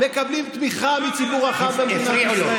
מקבלים תמיכה מציבור רחב במדינת ישראל,